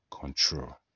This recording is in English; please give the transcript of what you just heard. control